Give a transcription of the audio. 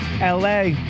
LA